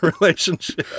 relationship